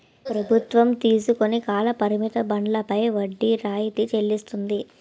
ప్రభుత్వం తీసుకుని కాల పరిమిత బండ్లపై వడ్డీ రాయితీ చెల్లిస్తుంది